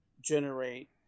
generate